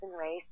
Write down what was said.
Race